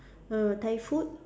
err Thai food